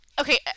Okay